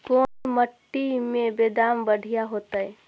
कोन मट्टी में बेदाम बढ़िया होतै?